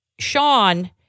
Sean